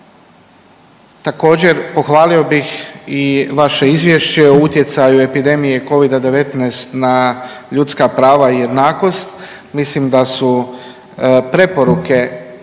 Također pohvalio bih i vaše izvješće o utjecaju epidemije covida-19 na ljudska prava i jednakost, mislim da su preporuke